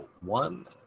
one